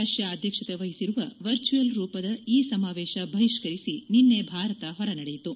ರಷ್ಟಾ ಅಧ್ಯಕ್ಷತೆ ವಹಿಸಿರುವ ವರ್ಚುವಲ್ ರೂಪದ ಈ ಸಮಾವೇಶ ಬಹಿಷ್ಕರಿಸಿ ನಿನ್ನೆ ಭಾರತ ಹೊರನಡೆಯಿತು